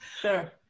Sure